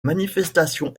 manifestations